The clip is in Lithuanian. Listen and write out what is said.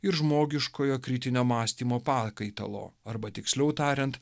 ir žmogiškojo kritinio mąstymo pakaitalo arba tiksliau tariant